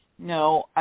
No